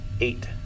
eight